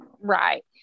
right